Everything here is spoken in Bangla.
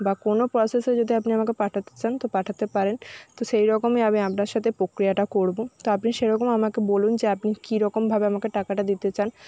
বা কোনো প্রসেসে যদি আপনি আমাকে পাঠাতে চান তো পাঠাতে পারেন তো সেই রকমই আমি আপনার সাথে প্রক্রিয়াটা করবো তো আপনি সেরকম আমাকে বলুন যে আপনি কি রকমভাবে আমাকে টাকাটা দিতে চান